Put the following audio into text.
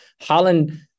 Holland